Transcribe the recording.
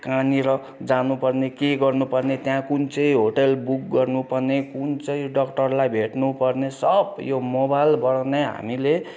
कहाँनेर जानु पर्ने के गर्नु पर्ने त्यहाँ कुन चाहिँ होटल बुक गर्नु पर्ने कुन चाहिँ डक्टरलाई भेट्नु पर्ने सब यो मोबाइलबाट नै हामीले